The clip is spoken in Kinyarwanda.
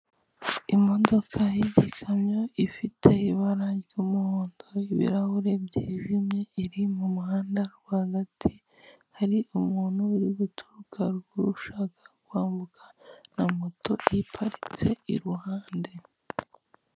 Imodoka y'igikamyo ifite ibara ry'umuhondo ibirahure byijimye iri mu muhanda rwagati, hari umuntu uri guturuka ruguru ushaka kwambuka na moto iparitse iruhande.